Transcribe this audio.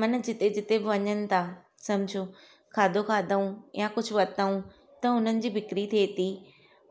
मन जिते जिते वञनि था सम्झो खाधो खाधऊं या कुझु वरितऊं त हुननि जी बिक्री थिए थी